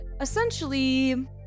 essentially